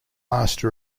arch